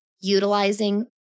utilizing